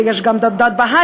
ויש גם דת בהאית,